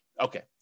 okay